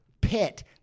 pit